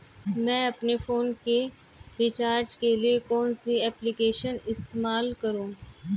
मैं अपने फोन के रिचार्ज के लिए कौन सी एप्लिकेशन इस्तेमाल करूँ?